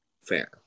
Fair